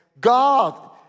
God